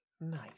nice